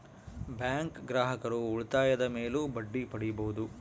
bank ಗ್ರಾಹಕರು ಉಳಿತಾಯದ ಮೇಲೂ ಬಡ್ಡಿ ಪಡೀಬಹುದು